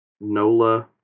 Nola